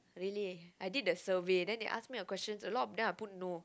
really eh I did the survey then they ask me a question a lot of them I put no